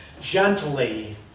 gently